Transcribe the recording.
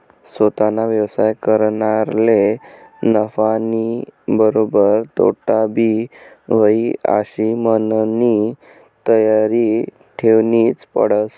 सोताना व्यवसाय करनारले नफानीबरोबर तोटाबी व्हयी आशी मननी तयारी ठेवनीच पडस